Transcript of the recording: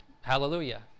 hallelujah